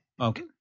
Okay